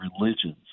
religions